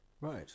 Right